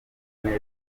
neza